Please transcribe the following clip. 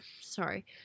sorry